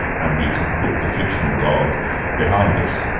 and we can put the fictional god behind us.